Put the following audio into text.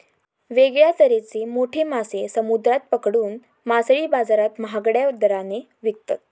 वेगळ्या तरेचे मोठे मासे समुद्रात पकडून मासळी बाजारात महागड्या दराने विकतत